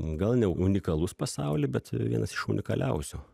gal ne unikalus pasauly bet vienas iš unikaliausių